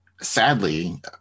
sadly